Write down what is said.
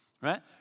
right